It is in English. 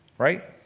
right?